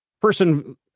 person